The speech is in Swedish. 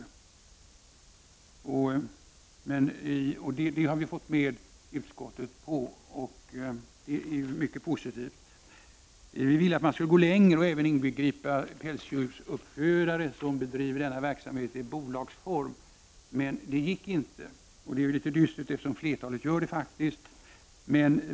Vi har fått utskottet att gå med på detta, vilket är mycket positivt. Vi ville att man skulle gå längre och även inbegripa pälsdjursuppfödare som bedriver verksamheten i bolagsform. Men det gick inte, vilket är litet dystert, eftersom flertalet har valt denna företagsform.